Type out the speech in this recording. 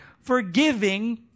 Forgiving